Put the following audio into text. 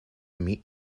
meet